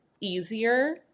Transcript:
easier